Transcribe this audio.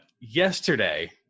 Yesterday